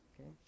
Okay